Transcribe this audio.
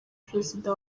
perezida